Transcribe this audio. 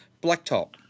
blacktop